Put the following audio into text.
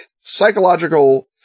psychological